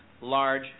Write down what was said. large